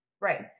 Right